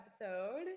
episode